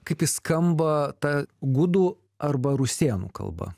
kaip jis skamba ta gudų arba rusėnų kalba